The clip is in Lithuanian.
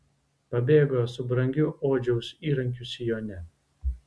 pabėgo su brangiu odžiaus įrankiu sijone